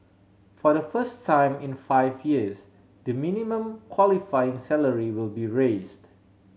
for the first time in five years the minimum qualifying salary will be raised